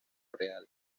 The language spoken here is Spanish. real